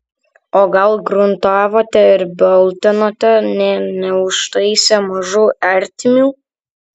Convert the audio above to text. o gal gruntavote ir baltinote nė neužtaisę mažų ertmių